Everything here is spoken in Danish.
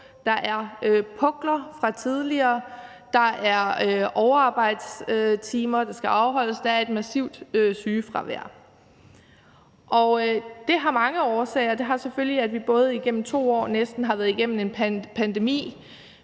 der er pukler fra tidligere, der er overarbejdstimer, der skal afholdes, der er et massivt sygefravær. Det har mange årsager. Både at vi igennem næsten 2 år har været igennem en pandemi,